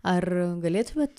ar galėtumėt